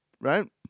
right